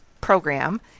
program